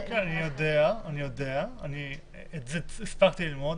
אני יודע, הספקתי ללמוד.